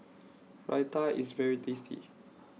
Raita IS very tasty